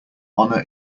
honour